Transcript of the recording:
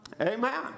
amen